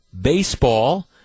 Baseball